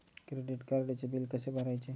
Credit कार्डचे bill कसे भरायचे?